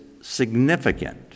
significant